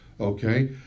Okay